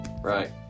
right